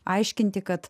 aiškinti kad